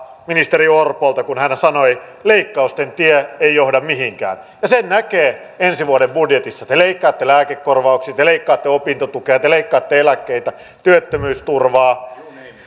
ministeri orpolta kun hän sanoi että leikkausten tie ei johda mihinkään sen näkee ensi vuoden budjetissa te leikkaatte lääkekorvauksia te leikkaatte opintotukea te leikkaatte eläkkeitä työttömyysturvaa